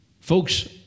folks